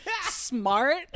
Smart